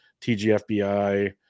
TGFBI